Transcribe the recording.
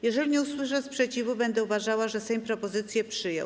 Jeśli nie usłyszę sprzeciwu, będę uważała, że Sejm propozycję przyjął.